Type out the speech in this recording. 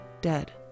dead